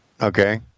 okay